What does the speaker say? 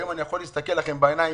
היום אני יכול להסתכל להם בעיניים.